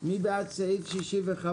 מי בעד סעיף 65?